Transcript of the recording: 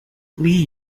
lee